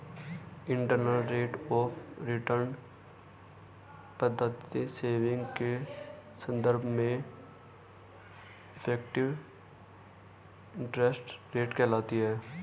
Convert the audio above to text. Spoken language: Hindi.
इंटरनल रेट आफ रिटर्न पद्धति सेविंग के संदर्भ में इफेक्टिव इंटरेस्ट रेट कहलाती है